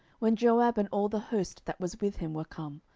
when joab and all the host that was with him were come,